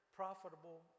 profitable